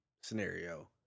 scenario